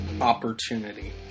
opportunity